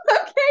okay